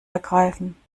ergreifen